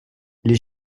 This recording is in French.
les